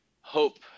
hope